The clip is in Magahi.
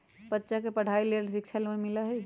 बच्चा के पढ़ाई के लेर शिक्षा लोन मिलहई?